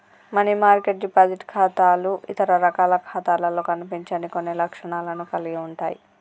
money market deposit ఖాతాలు ఇతర రకాల ఖాతాలలో కనిపించని కొన్ని లక్షణాలను కలిగి ఉంటయ్